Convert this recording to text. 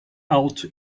else